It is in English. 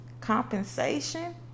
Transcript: compensation